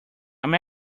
i’m